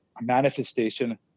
manifestation